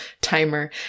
timer